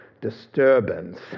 disturbance